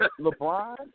LeBron